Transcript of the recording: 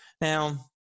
Now